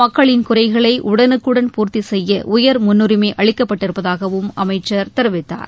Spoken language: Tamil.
மக்களின் குறைகளை உடனுக்குடன் பூர்த்தி செய்ய உயர் முன்னுரினம் அளிக்கப்பட்டிருப்பதாகவும் அமைச்சர் தெரிவித்தார்